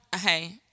Hey